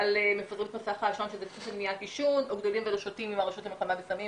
הרשות למלחמה בסמים.